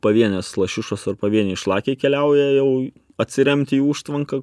pavienės lašišos ar pavieniai šlakiai keliauja jau atsiremti į užtvanką